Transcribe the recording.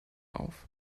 auf